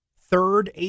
Third